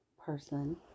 person